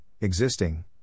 existing